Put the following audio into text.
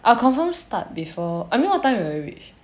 ah I will confirm start before I mean what time you will reach